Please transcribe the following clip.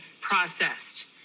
processed